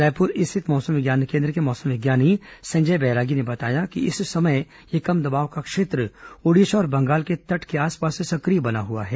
रायपुर स्थित मौसम विज्ञान केन्द्र के मौसम विज्ञानी संजय बैरागी ने बताया कि इस समय यह कम दबाव का क्षेत्र ओडिशा और बंगाल के तट के आसपास सक्रिय बना हुआ है